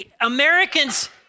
Americans